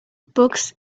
books